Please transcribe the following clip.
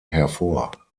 hervor